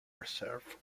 preserve